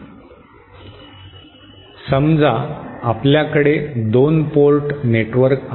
e समजा आपल्याकडे 2 port network आहे